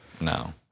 No